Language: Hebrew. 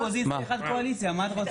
אחד מהקואליציה, אחד מהאופוזיציה, מה את רוצה?